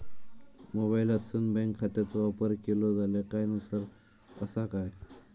मोबाईलातसून बँक खात्याचो वापर केलो जाल्या काय नुकसान असा काय?